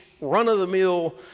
run-of-the-mill